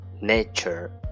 nature